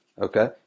Okay